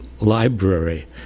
library